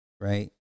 Right